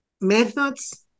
methods